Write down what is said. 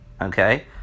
okay